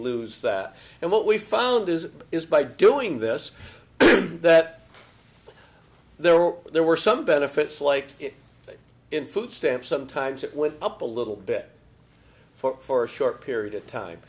lose that and what we found is is by doing this that there were there were some benefits like that in food stamps sometimes it went up a little bit for a short period of time